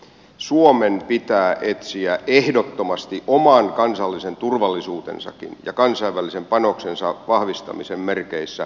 suomen pitää etsiä ehdottomasti oman kansallisen turvallisuutensakin ja kansainvälisen panoksensa vahvistamisen merkeissä yhteistyömahdollisuuksia